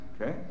Okay